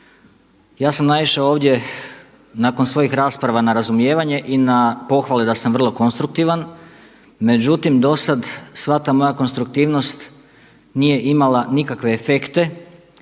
Ja sam naišao ovdje nakon svojih rasprava na razumijevanje i na pohvale da sam vrlo konstruktivan, međutim do sada sva ta moja konstruktivnost nije imala nikakve efekte